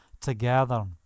together